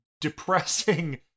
depressing